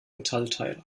metallteil